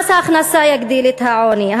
מס ההכנסה יגדיל את העוני,